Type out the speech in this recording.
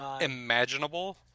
imaginable